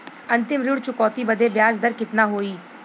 अंतिम ऋण चुकौती बदे ब्याज दर कितना होई?